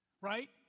right